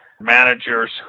managers